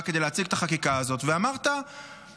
כדי להציג את החקיקה הזאת ואמרת בכנות,